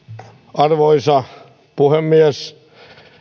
arvoisa puhemies